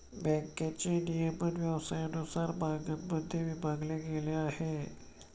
बँकेचे नियमन व्यवसायानुसार भागांमध्ये विभागले गेले आहे